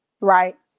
Right